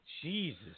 Jesus